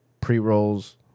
pre-rolls